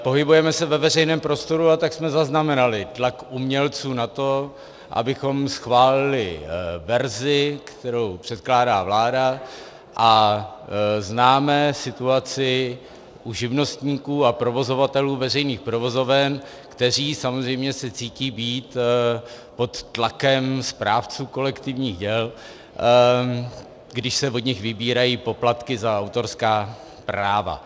Pohybujeme se ve veřejném prostoru, a tak jsme zaznamenali tlak umělců na to, abychom schválili verzi, kterou předkládá vláda, a známe situaci u živnostníků a provozovatelů veřejných provozoven, kteří samozřejmě se cítí být pod tlakem správců kolektivních děl, když se od nich vybírají poplatky za autorská práva.